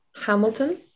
hamilton